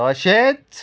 तशेंच